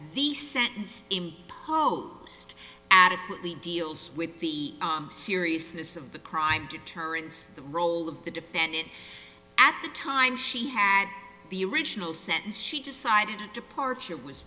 the sentence adequately deals with the seriousness of the crime deterrence the role of the defendant at the time she had the original sentence she decided a departure was